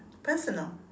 personal